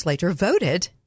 voted